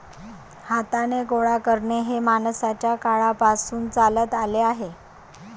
हाताने गोळा करणे हे माणसाच्या काळापासून चालत आले आहे